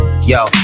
Yo